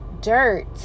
dirt